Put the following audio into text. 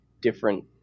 different